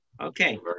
Okay